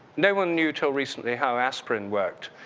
no one knew till recently how aspirin worked.